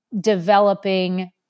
developing